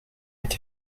est